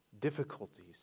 difficulties